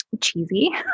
cheesy